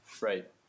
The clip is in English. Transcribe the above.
Right